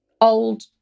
Old